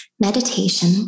meditation